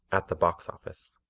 at the box office.